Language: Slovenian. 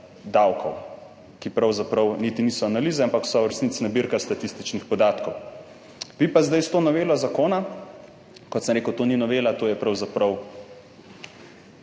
davkov, ki pravzaprav niti niso analize, ampak so v resnici nabirka statističnih podatkov. Vi pa zdaj s to novelo zakona, kot sem rekel, to ni novela, to je pravzaprav